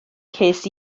ces